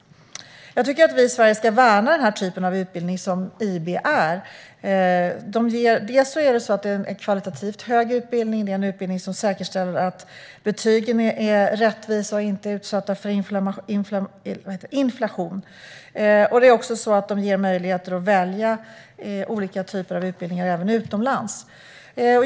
Jag tycker att vi i Sverige ska värna den typ av utbildning som IB är. Det är en utbildning av hög kvalitet som säkerställer att betygen är rättvisa och inte utsatta för inflation. Den ger också möjlighet att välja olika utbildningar utomlands.